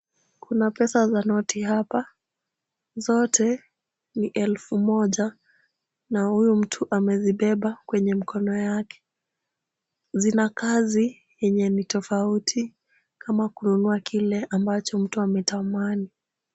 Kuna pesa za noti hapa. Zote ni elfu moja na huyu mtu amezibeba kwenye mikono yake. Zinakazi yenye ni tofauti kama kununua kile ambacho mtu ametamani.